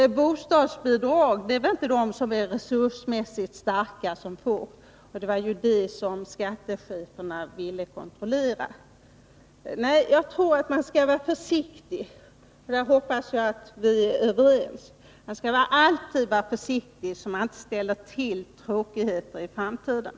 Bostadsbidrag utgår väl inte till dem som är resursmässigt starka? Och det var ju dessa som skattecheferna ville kontrollera. Nej, jag tror att man skall vara försiktig, så att man inte ställer till tråkigheter i framtiden. På den punkten tror jag vi är överens.